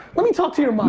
let me talk to your mom.